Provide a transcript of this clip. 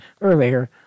earlier